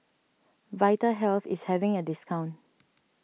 Vitahealth is having a discount